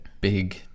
big